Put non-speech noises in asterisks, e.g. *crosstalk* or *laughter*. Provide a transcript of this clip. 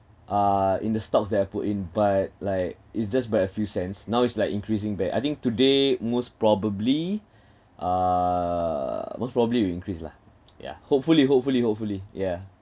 uh in the stocks that I put in but like it's just by a few cents now it's like increasing back I think today most probably uh most probably will increase lah *noise* yeah hopefully hopefully hopefully yeah